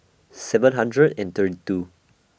seven hundred and thirty two